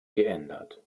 geändert